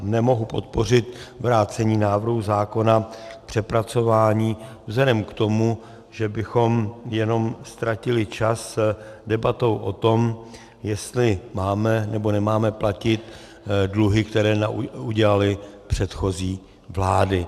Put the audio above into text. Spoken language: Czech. Nemohu podpořit vrácení návrhu zákona k přepracování vzhledem k tomu, že bychom jenom ztratili čas debatou o tom, jestli máme, nebo nemáme platit dluhy, které udělaly předchozí vlády.